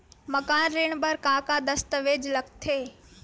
मकान ऋण बर का का दस्तावेज लगथे?